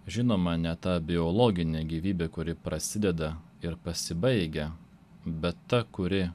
žinoma ne ta biologinė gyvybė kuri prasideda ir pasibaigia bet ta kuri